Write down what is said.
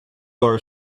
our